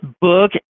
book